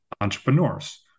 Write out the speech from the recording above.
entrepreneurs